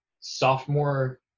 sophomore